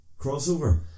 crossover